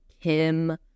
Kim